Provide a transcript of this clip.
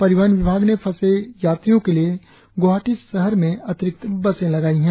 परिवहन विभाग ने फंसे यात्रियों के लिए गुवाहाटी शहर में अतिरिक्त बसें लगाई है